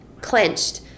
clenched